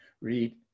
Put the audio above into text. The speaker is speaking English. read